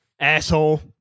Asshole